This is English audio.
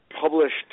published